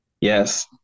Yes